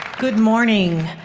good morning.